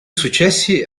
successi